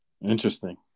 Interesting